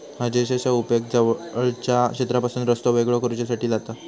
हेजेसचो उपेग जवळच्या क्षेत्रापासून रस्तो वेगळो करुच्यासाठी जाता